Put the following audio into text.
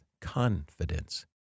confidence